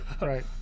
right